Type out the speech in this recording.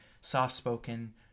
soft-spoken